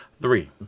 Three